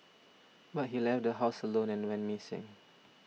but he left the house alone and went missing